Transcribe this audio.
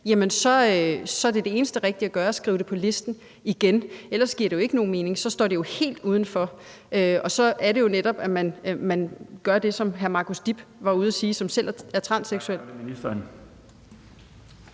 og så er det eneste rigtige at gøre at skrive det på listen igen? Ellers giver det jo ikke nogen mening. Så står det helt uden for, og så er det netop, at man gør det, som Marcus Dib Jensen, som selv er transseksuel,